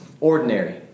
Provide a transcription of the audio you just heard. Ordinary